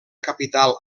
capital